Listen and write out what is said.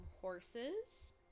horses